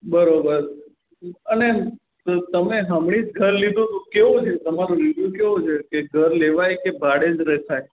બરાબર અને તો તમે હમણાં જ ઘર લીધું હતું કેવું રહ્યું તમારું રિવ્યુ કેવો છે કે ઘર લેવાય કે ભાડે જ રખાય